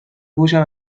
گوشم